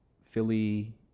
Philly